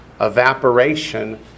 Evaporation